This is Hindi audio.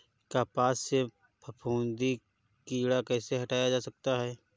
कपास से फफूंदी कीड़ा कैसे हटाया जा सकता है?